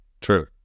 True